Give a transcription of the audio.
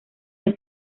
los